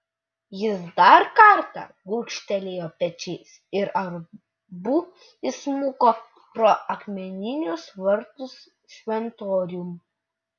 jis dar kartą gūžtelėjo pečiais ir abu įsmuko pro akmeninius vartus šventoriun